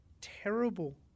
terrible